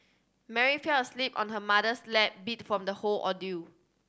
Mary fell asleep on her mother's lap beat from the whole ordeal